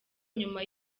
nyuma